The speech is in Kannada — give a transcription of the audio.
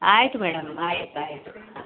ಆಯ್ತು ಮೇಡಮ್ ಆಯ್ತು ಆಯಿತು ಹಾಂ